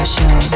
Show